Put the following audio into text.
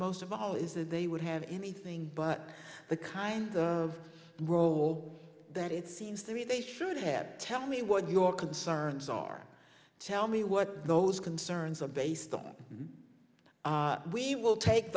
most of all is that they would have anything but the kind of role that it seems to me they should have tell me what your concerns are tell me what those concerns are based on we will take